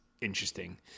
interesting